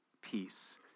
peace